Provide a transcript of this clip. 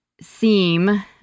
seem